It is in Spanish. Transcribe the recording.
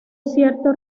cierto